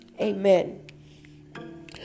Amen